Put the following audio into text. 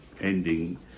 ending